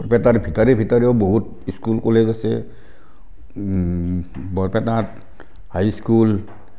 বৰপেটাৰ ভিতৰে ভিতৰেও বহুত স্কুল কলেজ আছে বৰপটাত হাই স্কুল